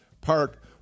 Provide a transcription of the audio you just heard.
Park